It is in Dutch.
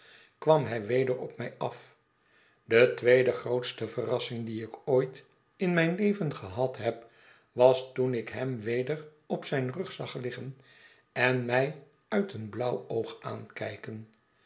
kwam hij weder op mij af de tweede grootste verrassing die ik ooit in mijn leven gehadheb was toen ik hem weder op zijn rug zag liggen en mij uit eeti blauw oog aankijken